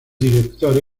director